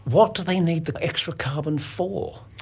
what do they need the extra carbon for?